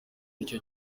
icyo